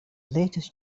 latest